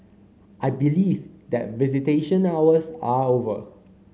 I believe that visitation hours are over